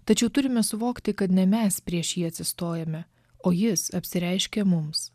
tačiau turime suvokti kad ne mes prieš jį atsistojame o jis apsireiškia mums